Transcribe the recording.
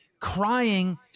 crying